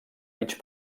mig